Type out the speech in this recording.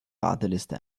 warteliste